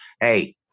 hey